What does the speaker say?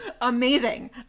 Amazing